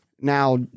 Now